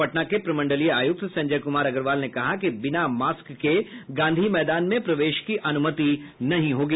पटना के प्रमंडलीय आयुक्त संजय कुमार अग्रवाल ने कहा कि बिना मास्क के गांधी मैदान में प्रवेश की अन्मति नहीं होगी